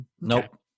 Nope